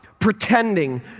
pretending